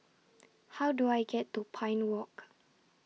How Do I get to Pine Walk